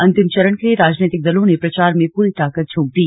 अंतिम चरण के लिए राजनीतिक दलों ने प्रचार में पूरी ताकत झोंक दी